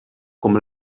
com